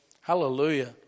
Hallelujah